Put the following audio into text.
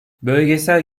bölgesel